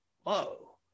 whoa